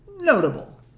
notable